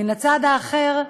מן הצד האחר,